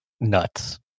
nuts